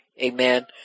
Amen